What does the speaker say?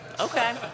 Okay